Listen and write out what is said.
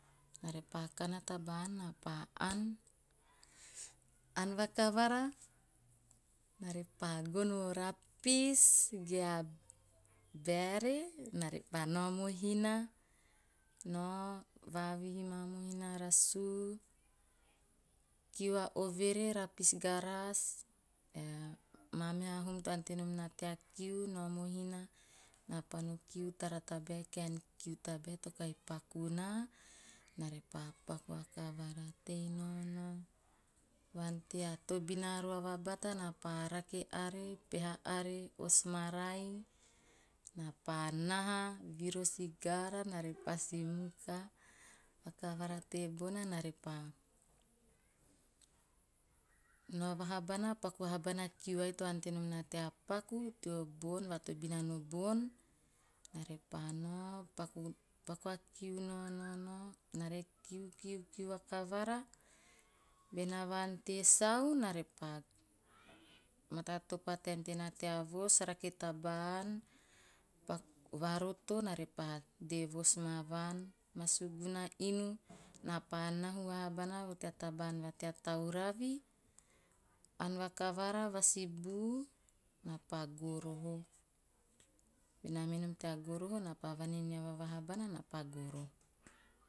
Nare pa kana taba ann naa repa ann. Ann vakavara napo naa repa gono o rapis ge a baere, naa repa nao mohina, nao vavihi maa mohina, rasu, kiu a overe, rapis garas aee maamihu hum to ante nom naa tea kiu, nao mohina, na pa no kiu, tara ttabae, a kaen kiu tabae to kahi paku'u naa, na repa paku vakavara. Tei nao nao va'ante a tobina roava bata naa pa peha are, osi marai, naa pa naha, viru o siggara naarepa simuka. Vakavara tebona naa repa nao vahabana, paku vaha kiu vai to ane nom naa tea paku tea bon vatobina teo bon, naa repa nao, paku a kiu nao- noa na re kiu- kiu vakavara. Benaa va ante sau, naa repa mata topo a taem ttenaa tea vos, rake taba ann, paku varoto na pa dee vos maa vaan. Ma suguna inu, naa pa hahu vaha bana vo tea taba ann va tea tauravi, ann vakavara, vasibu, naa a goroho. Be naa mei nom tea goroho, nao pa vaneanava vahabana naa pa goroho.